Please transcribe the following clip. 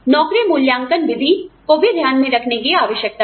नौकरी मूल्यांकन विधि को भी ध्यान में रखने की आवश्यकता है